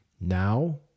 Now